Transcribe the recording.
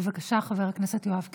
בבקשה, חבר הכנסת יואב קיש.